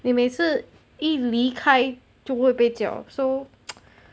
你每次一离开就会被叫 so